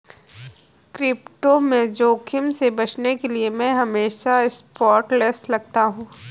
crypto में जोखिम से बचने के लिए मैं हमेशा स्टॉपलॉस लगाता हूं